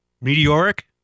Meteoric